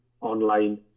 online